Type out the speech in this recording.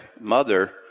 mother